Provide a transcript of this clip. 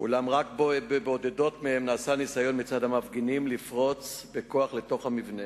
אולם רק בבודדות מהן נעשה ניסיון מצד המפגינים לפרוץ בכוח לתוך המבנה.